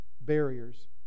barriers